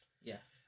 Yes